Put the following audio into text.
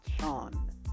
Sean